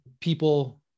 people